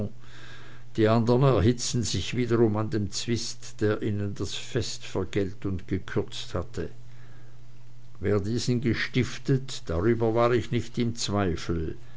die andern erhitzten sich wiederum an dem zwist der ihnen das fest vergällt und gekürzt hatte wer diesen gestiftet darüber war ich nicht im zweifel